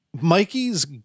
Mikey's